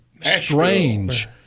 strange